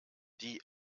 die